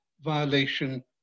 violation